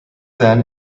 then